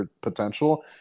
potential